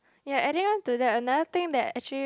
ya adding on to that another thing that actually